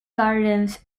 gardens